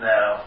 Now